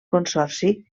consorci